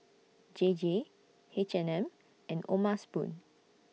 J J H and M and O'ma Spoon